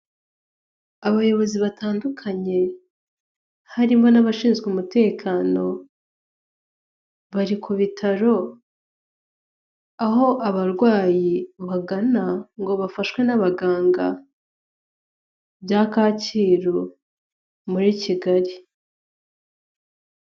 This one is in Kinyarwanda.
Abayobozi batandukanye harimo n'abashinzwe umutekano bari ku bitaro, aho abarwayi bagana ngo bafashwe n'abaganga bya Kacyiru muri Kigali.